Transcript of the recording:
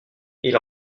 ils